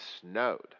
snowed